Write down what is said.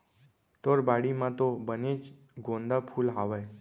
तोर बाड़ी म तो बनेच गोंदा फूल हावय